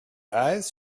eyes